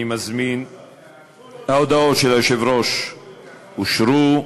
ההודעות של היושב-ראש אושרו.